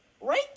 right